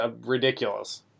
ridiculous